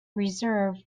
reserve